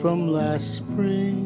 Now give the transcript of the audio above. from last spring